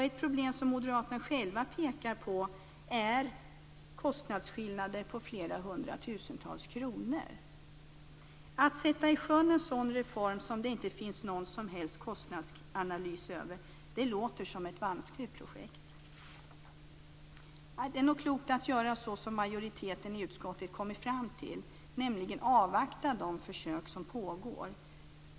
Ett problem som moderaterna själva pekar på är kostnadsskillnader på flera hundratusentals kronor. Att sätta i sjön en reform som det inte finns någon som helst kostnadsanalys av, låter som ett vanskligt projekt. Det är nog klokt att göra så som majoriteten i utskottet kommit fram till, nämligen att avvakta de försök som pågår.